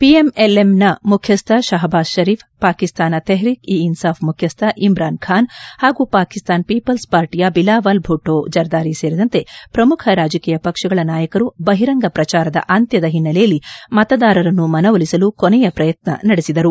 PML-N ಮುಖ್ಯಸ್ಥ ಶಹಬಾಜ್ ಷರೀಫ್ ಪಾಕಿಸ್ತಾನ ತೆಪ್ರಿಕ್ ಇ ಇನ್ಲಾಫ್ ಮುಖ್ಯಸ್ಥ ಇಮ್ರಾನ್ ಬಾನ್ ಪಾಗೂ ಪಾಕಿಸ್ತಾನ್ ಖೀವಲ್ಸ್ ಪಾರ್ಟಿಯ ಬಿಲಾವಲ್ ಭುಟ್ಟೋ ಜರ್ದಾರಿ ಸೇರಿದಂತೆ ಪ್ರಮುಖ ರಾಜಕೀಯ ಪಕ್ಷಗಳ ನಾಯಕರು ಬಹಿರಂಗ ಪ್ರಜಾರದ ಅಂತ್ಯದ ಹಿನ್ನೆಲೆಯಲ್ಲಿ ಮತದಾರರನ್ನು ಮನವೊಲಿಸಲು ಕೊನೆಯ ಪ್ರಯತ್ನ ನಡೆಸಿದರು